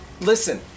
listen